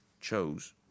chose